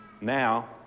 Now